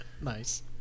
Nice